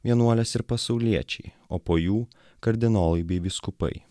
vienuolės ir pasauliečiai o po jų kardinolai bei vyskupai